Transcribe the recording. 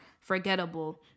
forgettable